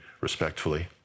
respectfully